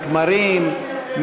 הכמרים,